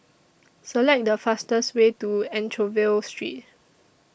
Select The fastest Way to Anchorvale Street